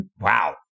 wow